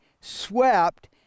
swept